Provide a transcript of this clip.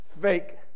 fake